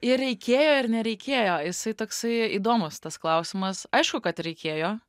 ir reikėjo ir nereikėjo jisai toksai įdomus tas klausimas aišku kad reikėjo